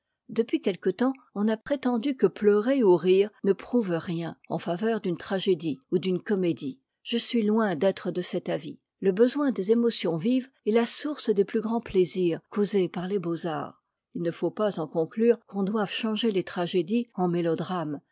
depuis quelque temps on a prétendu que pleurer ou rire ne prouve rien en faveur d'une tragédie ou d'une comédie je suis loin d'être de cet avis le besoin des émotions vives est la source des plus grands plaisirs causés par les beaux-arts il ne faut pas en conclure qu'on doive changer les tragédies en mélodrames